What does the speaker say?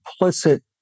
implicit